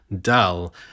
dull